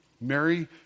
Mary